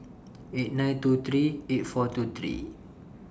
eight nine two three eight four two three